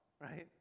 right